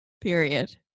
period